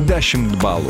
dešimt balų